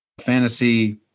fantasy